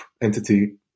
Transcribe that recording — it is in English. entity